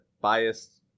biased